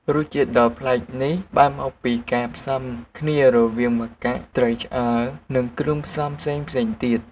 រសជាតិដ៏ប្លែកនេះបានមកពីការផ្សំគ្នារវាងម្កាក់ សាច់ត្រីឆ្អើរ និងគ្រឿងផ្សំផ្សេងៗទៀត។